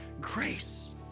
grace